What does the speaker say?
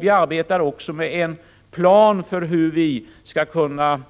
Vi arbetar också med en plan för hur vi skall kunna